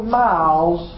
miles